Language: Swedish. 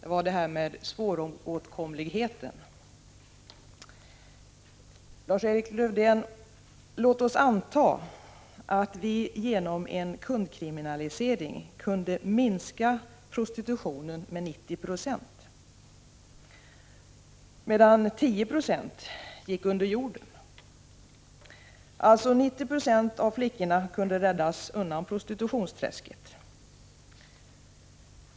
Först det här med svåråtkomligheten. Låt oss anta att vi genom en kundkriminalisering kunde minska prostitutionen med 90 26, medan 10 96 gick under jorden. 90 960 av flickorna kunde alltså räddas undan prostitutionsträsket.